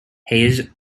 hayes